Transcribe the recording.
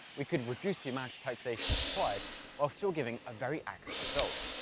we could reduce the amount of calculations required while still giving a very accurate result.